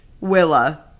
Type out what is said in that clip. Willa